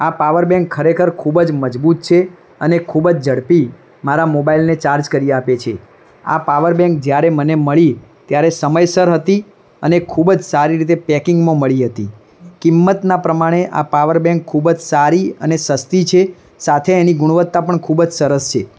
આ power bank ખરેખર ખૂબ જ મજબૂત છે અને ખૂબ જ ઝડપી મારા મોબઈલને ચાર્જ કરી આપે છે આ પાવર બેંક જયારે મને મળી ત્યારે સમયસર હતી અને ખૂબ જ સારી રીતે પેકિંગમા મળી હતી કિંમતનાં પ્રમાણે આ પાવર બેંક ખૂબ જ સારી અને સસ્તી છે સાથે એની ગુણવત્તા પણ ખૂબ જ સરસ છે